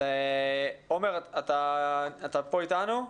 אתה כאן אתנו?